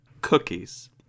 cookies